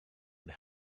and